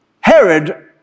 Herod